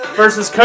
versus